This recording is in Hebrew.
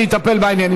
אני אטפל בעניינים.